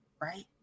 right